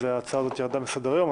ההצעה ירדה מסדר היום.